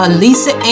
Alisa